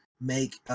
make